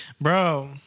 Bro